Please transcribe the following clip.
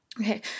Okay